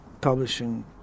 publishing